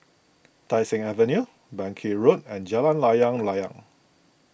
Tai Seng Avenue Bangkit Road and Jalan Layang Layang